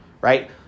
right